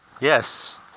Yes